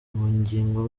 nyigo